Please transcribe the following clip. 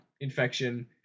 infection